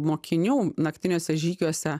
mokinių naktiniuose žygiuose